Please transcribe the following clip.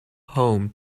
home